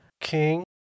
King